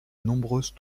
nombreuses